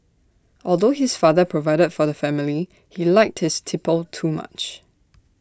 although his father provided for the family he liked his tipple too much